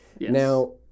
Now